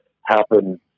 happen